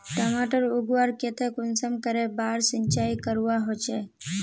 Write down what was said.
टमाटर उगवार केते कुंसम करे बार सिंचाई करवा होचए?